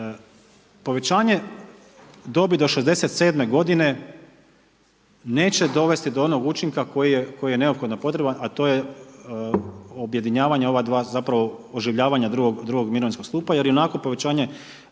Povećanje dobi do 67 godine neće dovesti do onog učinka koji je neophodno potreban a to je objedinjavanja ova dva zapravo oživljavanje drugog mirovinskog stupa jer ionako povećanje